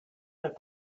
that